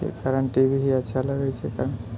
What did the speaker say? के कारण टीवी ही अच्छा लगै छै